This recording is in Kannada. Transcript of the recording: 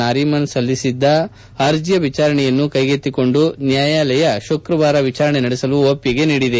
ನಾರೀಮನ್ ಸಲ್ಲಿಸಿದ್ದ ಅರ್ಜಿಯ ವಿಚಾರಣೆಯನ್ನು ಕೈಗೆತ್ತಿಕೊಂಡು ನ್ಯಾಯಾಲಯ ಶುಕ್ರವಾರ ವಿಚಾರಣೆ ನಡೆಸಲು ಒಪ್ಪಿಗೆ ನೀಡಿದೆ